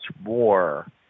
more